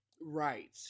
Right